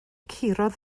curodd